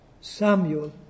Samuel